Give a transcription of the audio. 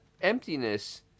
emptiness